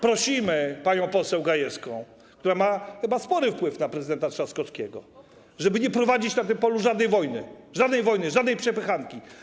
Prosimy panią poseł Gajewską, która ma chyba spory wpływ na prezydenta Trzaskowskiego, żeby nie prowadzić na tym polu żadnej wojny, żadnej przepychanki.